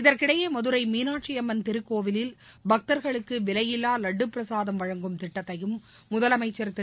இதற்கிடையே மதுரைமீனாட்சிஅம்மன் திருக்கோவிலில் பக்தர்களுக்குவிடையில்லாலட்டு பிரசாதம் வழங்கும் திட்டத்தையும் முதலமைச்சர் திரு